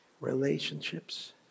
relationships